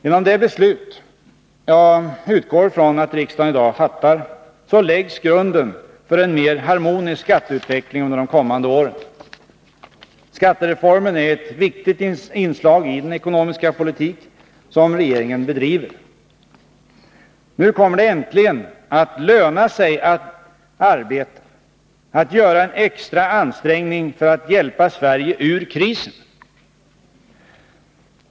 Genom det beslut jag utgår från att riksdagen i dag fattar läggs grunden för en mer harmonisk skatteutveckling under de kommande åren. Skattereformen är ett viktigt inslag i den ekonomiska politik som regeringen bedriver. Nu kommer det äntligen att löna sig bättre att arbeta, att göra en extra ansträngning för att hjälpa Sverige ur krisen.